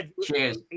Cheers